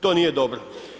To nije dobro.